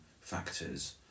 factors